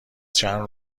چند